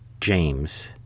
James